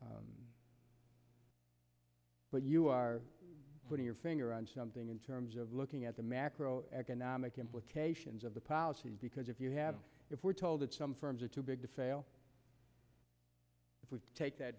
sector but you are putting your finger on something in terms of looking at the macro economic implications of the policies because if you have if we're told that some firms are too big to fail if we take that